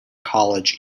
college